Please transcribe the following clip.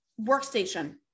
workstation